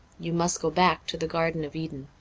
you must go back to the garden of eden.